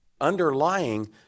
Underlying